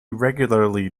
regularly